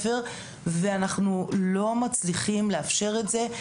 ואנחנו לא מצליחים לאפשר את זה.